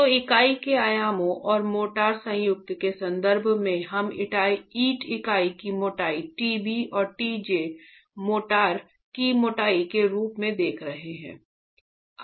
तो इकाई के आयामों और मोर्टार संयुक्त के संदर्भ में हम ईंट इकाई की मोटाई टी बी और टी जे मोर्टार की मोटाई के रूप में देख रहे हैं